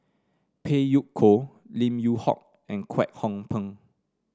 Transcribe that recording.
Phey Yew Kok Lim Yew Hock and Kwek Hong Png